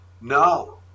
No